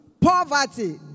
poverty